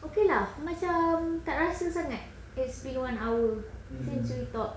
okay lah macam tak rasa sangat can speak one hour macam tak